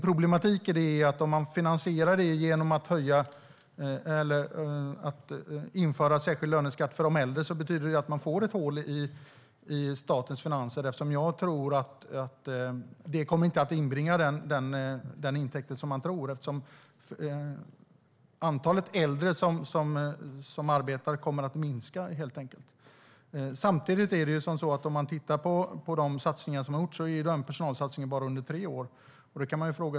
Problemet är att om man finansierar det genom att införa särskild löneskatt för de äldre betyder det att man får ett hål i statens finanser. Jag tror nämligen inte att det kommer att inbringa den intäkt som man tror eftersom antalet äldre som arbetar helt enkelt kommer att minska. Personalsatsningen som görs är bara under tre år.